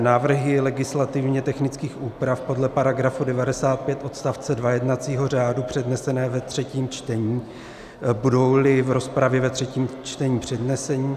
Návrhy legislativně technických úprav podle § 95 odst. 2 jednacího řádu přednesené ve třetím čtení, budouli v rozpravě ve třetím čtení předneseny.